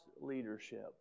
leadership